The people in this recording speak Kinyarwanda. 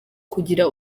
kugira